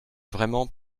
vraiment